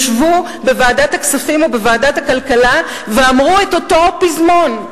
ישבו בוועדת הכספים ובוועדת הכלכלה וזימרו את אותו פזמון,